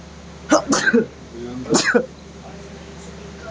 ಉಳಿತಾಯ ಬ್ಯಾಂಕ್, ಉಳಿತಾಯವನ್ನ ಸಂಗ್ರಹಿಸೊ ಹಣಕಾಸು ಸಂಸ್ಥೆ